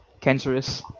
cancerous